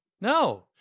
No